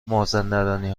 مازندرانی